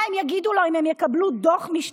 ומה הם יגידו לו אם הם יקבלו דוח משטרה?